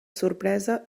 sorpresa